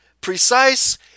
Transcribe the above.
precise